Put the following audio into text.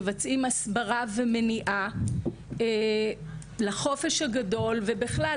מבצעים הסברה ומניעה לחופש הגדול ובכלל.